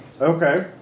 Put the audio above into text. Okay